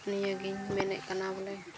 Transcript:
ᱱᱤᱭᱟᱹᱜᱤᱧ ᱢᱮᱱᱮᱫ ᱠᱟᱱᱟ ᱵᱚᱞᱮ